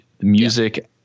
music